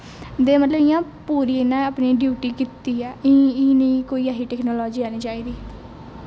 ते मतलब इ'यां पूरी इन्नै अपनी ड्यूटी कीती ऐ एह् नेही कोई ऐसी टैकनालजी आनी चाहिदी